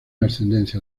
ascendencia